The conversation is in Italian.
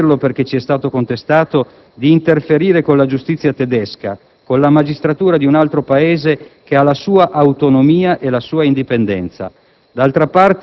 vorrei chiarirlo, perché ci è stato contestato - di interferire con la giustizia tedesca, con la magistratura di un altro Paese che ha la sua autonomia e la sua indipendenza.